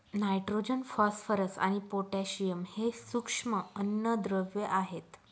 nitrogen, phosphorus आणि potassium हे सूक्ष्म अन्नद्रव्ये आहेत